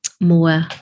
more